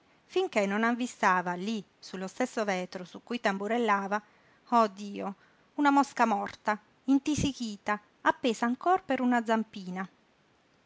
finché non avvistava lí sullo stesso vetro su cui tamburellava oh dio una mosca morta intisichita appesa ancora per una zampina